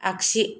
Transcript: आगसि